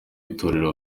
w’itorero